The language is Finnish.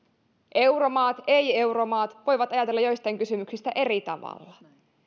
euromaat ja ei euromaat voivat ajatella joistain kysymyksistä eri tavalla